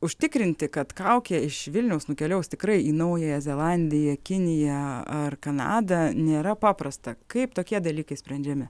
užtikrinti kad kaukė iš vilniaus nukeliaus tikrai į naująją zelandiją kiniją ar kanadą nėra paprasta kaip tokie dalykai sprendžiami